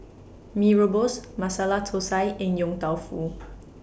Mee Rebus Masala Thosai and Yong Tau Foo